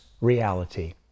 reality